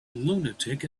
lunatic